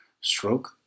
Stroke